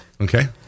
Okay